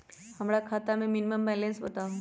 हमरा खाता में मिनिमम बैलेंस बताहु?